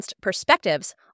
perspectives